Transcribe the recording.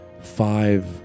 five